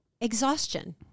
exhaustion